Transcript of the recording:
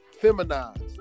feminized